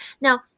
Now